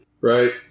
Right